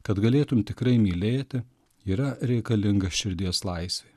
kad galėtum tikrai mylėti yra reikalinga širdies laisvė